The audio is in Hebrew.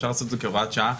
אפשר לעשות את זה כהוראת שעה.